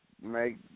make